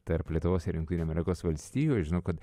tarp lietuvos ir jungtiniųamerikos valstijų aš žinau kad